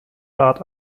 rat